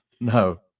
No